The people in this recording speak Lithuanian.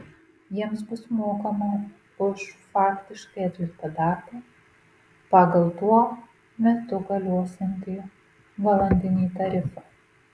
jiems bus mokama už faktiškai atliktą darbą pagal tuo metu galiosiantį valandinį tarifą